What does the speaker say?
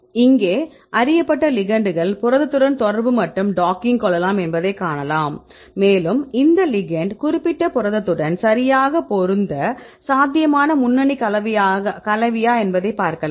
இங்கே அறியப்பட்ட லிகெண்ட்கள் புரதத்துடன் தொடர்பு மற்றும் டாக்கிங் கொள்ளலாம் என்பதை காணலாம் மேலும் இந்த லிகெண்ட் குறிப்பிட்ட புரதத்துடன் சரியாக பொருந்த சாத்தியமான முன்னணி கலவையா என்பதைப் பார்க்கலாம்